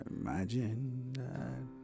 imagine